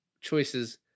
choices